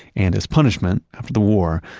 and as punishment, after the war,